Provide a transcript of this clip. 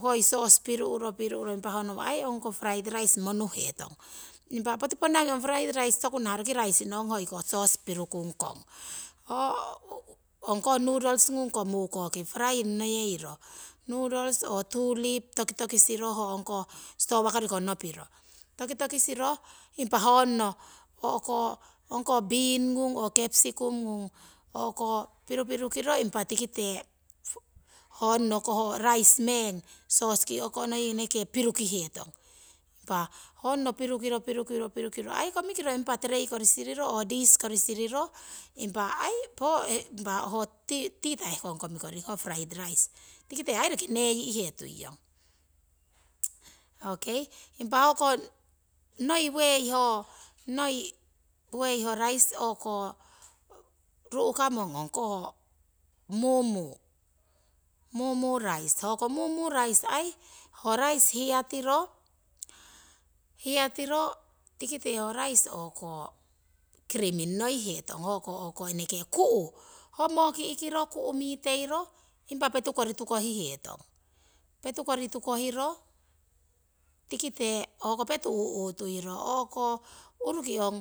Hoi sos piru'ro piru'ro impa honowo ai ngongkoh munu hetong impa poti ponna ngi ong fried raisi tokunah tokunah roki rice nong hoiko sos pirukikung kong ho ongkoh. nutols ngung ko mukoki paraying neyeiro, nutols oo turipi tokitokisiro ho nong koh sitowa koriko nopiro impa honno ongkoh pini, kepisikung ngung pirupiru kiro impa. tikite honno koh raisi meng sos ki o'kongoying impa pirukihetong impa honno pirupirukiro pirupirukiro ai terei kori siriro oo risi kori siriro impa ai roki neyi'hetuiyong okei impa ho noi way ho raisi o'ko ru'kamong mumu, mumu raisi hoko mumu raisi aii ho raisi hiyatiro tikite ho raisi o'ko creaming noihetong hokoh eneke ku' miteiro impa. petu kori tukohihetong, petukori tukohiro tikite hoko utuiro uruki ong